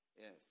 yes